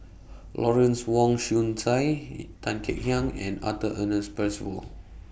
Lawrence Wong Shyun Tsai Tan Kek Hiang and Arthur Ernest Percival